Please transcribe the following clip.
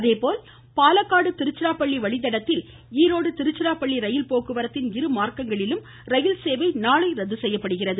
அதேபோல் பாலக்காடு திருச்சிராப்பள்ளி வழிதடத்தில் ஈரோடு திருச்சிராப்பள்ளி ரயில் போக்குவரத்தின் இரு மார்க்கங்களிலும் ரயில் சேவை நாளை ரத்து செய்யப்படுகிறது